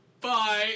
Bye